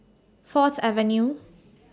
Fourth Avenue